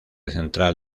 central